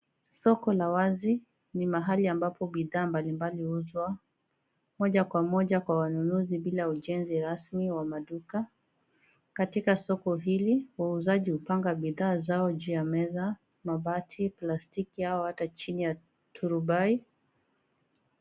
Soko la wazi ni mahali ambapo bidhaa mbali mbali huuzwa moja kwa moja kwa wanunuzi bila ujenzi rasmi wa maduka. Katika soko hili wauzaji hupanga bidhaa zao juu ya meza, mabati, plastiki au ata chini ya turubai